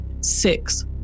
Six